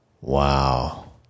Wow